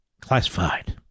classified